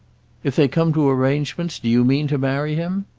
if they come to arrangements do you mean to marry him?